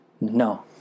No